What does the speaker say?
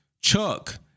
chuck